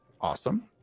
awesome